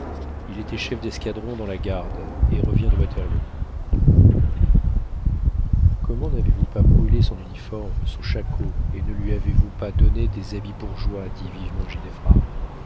il était chef d'escadron dans la garde et revient de waterloo comment n'avez-vous pas brûlé son uniforme son shako et ne lui avez-vous pas donné des habits bourgeois dit vivement